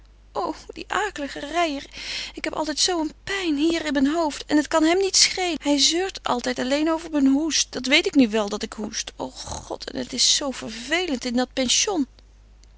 o die akelige reijer ik heb altijd zoo een pijn hier in mijn hoofd en het kan hem niet schelen hij zeurt altijd alleen over mijn hoest dat weet ik nu wel dat ik hoest o god en het is zoo vervelend in dat pension